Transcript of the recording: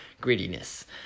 greediness